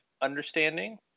understanding